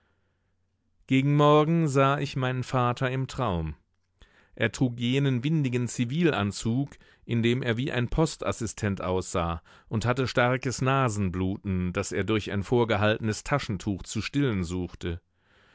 gegen morgen sah ich meinen vater im traum er trug jenen windigen zivilanzug in dem er wie ein postassistent aussah und hatte starkes nasenbluten das er durch ein vorgehaltenes taschentuch zu stillen suchte